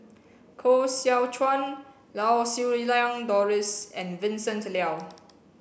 koh Seow Chuan Lau Siew Lang Doris and Vincent Leow